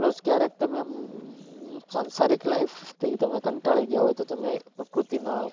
plus ક્યારેક તમે આમ સાંસારિક લાઈફથી તમે કંટાળી ગયા હોય તો તમે પ્રકૃતિના